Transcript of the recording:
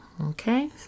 Okay